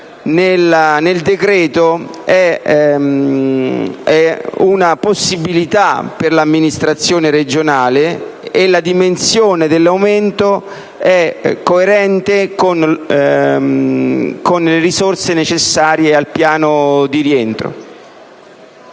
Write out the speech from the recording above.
in esame euna possibilita per l’amministrazione regionale e la dimensione dell’aumento e` coerente con le risorse necessarie al piano di rientro.